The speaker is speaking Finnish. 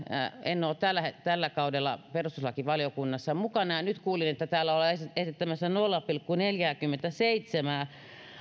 en ole tällä tällä kaudella perustuslakivaliokunnassa mukana ja nyt kuulin että täällä ollaan esittämässä nolla pilkku neljääkymmentäseitsemää